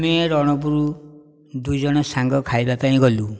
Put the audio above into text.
ଆମେ ରଣପୁର ଦୁଇଜଣ ସାଙ୍ଗ ଖାଇବା ପାଇଁ ଗଲୁ